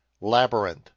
Labyrinth